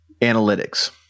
analytics